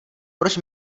proč